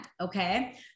okay